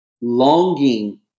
longing